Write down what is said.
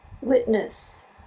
witness